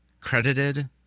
credited